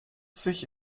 sich